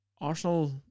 Arsenal